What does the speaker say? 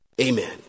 Amen